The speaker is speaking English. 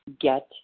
get